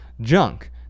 junk